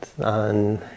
on